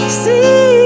see